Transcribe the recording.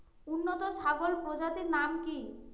উন্নত ছাগল প্রজাতির নাম কি কি?